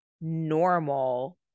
normal